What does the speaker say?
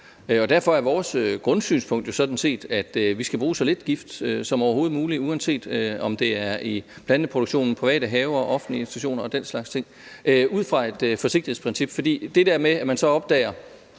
Derfor er vores grundsynspunkt sådan set, at vi skal bruge så lidt gift som overhovedet muligt, uanset om det er i planteproduktionen, private haver eller offentlige institutioner og den slags ting, og det er ud fra et forsigtighedsprincip, for når man opdager